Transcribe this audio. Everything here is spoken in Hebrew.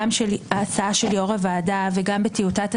גם ההצעה של יושב-ראש הוועדה וגם בטיוטת התזכיר,